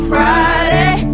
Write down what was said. Friday